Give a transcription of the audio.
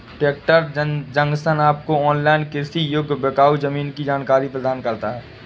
tractor Junction आपको online कृषि योग्य बिकाऊ जमीन की जानकारी प्रदान करता है